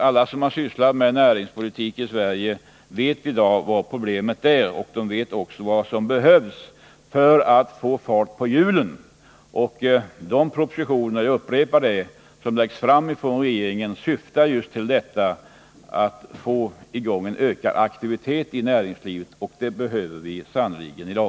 Alla som sysslat med näringspolitik i Sverige vet i dag var problemen ligger. Och de vet också vad som behövs för att få fart på hjulen. De propositioner — jag upprepar det — som den här regeringen lagt fram syftar just till att få i gång en ökad aktivitet i näringslivet, och det behöver vi sannerligen i dag.